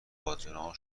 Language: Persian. باجناق